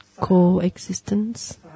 coexistence